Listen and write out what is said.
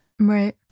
Right